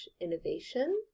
innovation